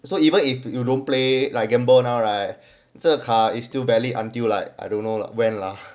so even if you don't play like an gamble now like 来着 card is still valid until like I don't know when lah